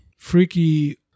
freaky